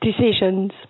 decisions